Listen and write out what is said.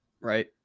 Right